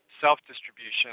self-distribution